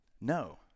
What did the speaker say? no